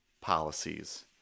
policies